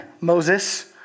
Moses